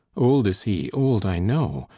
old is he, old, i know.